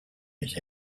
his